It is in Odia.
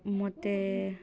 ମୋତେ